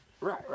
Right